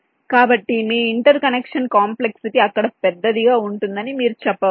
కాబట్టి మీ interconnection complexity అక్కడ పెద్దదిగా ఉంటుందని మీరు చెప్పవచ్చు